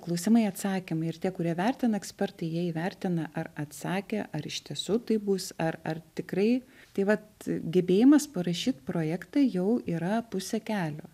klausimai atsakymai ir tie kurie vertina ekspertai jie įvertina ar atsakė ar iš tiesų taip bus ar ar tikrai tai vat gebėjimas parašyt projektą jau yra pusė kelio